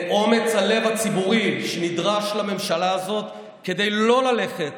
את אומץ הלב הציבורי שנדרש לממשלה הזאת כדי לא ללכת